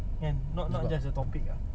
and not not just the topic ah